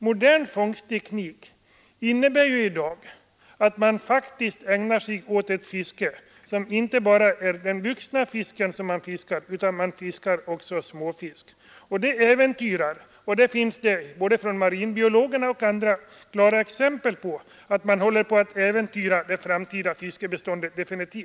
Modern fångstteknik innebär att det inte bara är den vuxna fisken som fiskas, utan också småfisk. Det äventyrar definitivt — det har både marinbiologerna och andra givit klara besked om — det framtida fiskbeståndet.